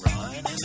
Ryan